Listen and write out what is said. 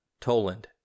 Toland